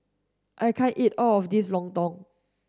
I can't eat all of this Lontong